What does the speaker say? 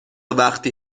وقتی